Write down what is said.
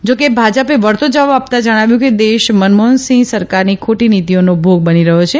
જા કે ભાજપે વળતો જવાબ આપતાં જણાવ્યું કે દેશ મનોમહનસિંહ સરકારની ખોટી નીતીઓનો ભોગ બની રહ્યો છે